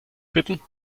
bitten